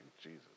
Jesus